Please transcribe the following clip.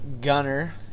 Gunner